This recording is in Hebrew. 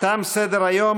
תם סדר-היום.